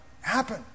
happen